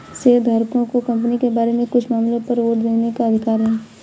शेयरधारकों को कंपनी के बारे में कुछ मामलों पर वोट देने का अधिकार है